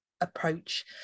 approach